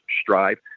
strive